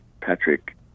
Patrick